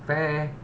fair